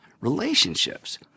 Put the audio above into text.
relationships